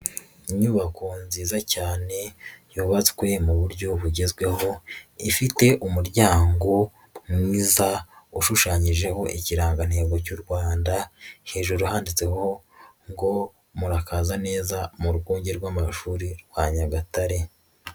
Inyubako nziza cyane yubatswe mu buryo bugezweho ifite umuryango mwiza washushanyijeho ikirangantego cy'u rwanda, hejuru handitseho ngo murakaza neza mu rwunge rw'amashuri rwa nyagatare.